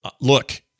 look